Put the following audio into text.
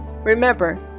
remember